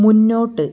മുന്നോട്ട്